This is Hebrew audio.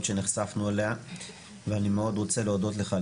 שנחשפנו אליה ואני מאוד רוצה להודות לך,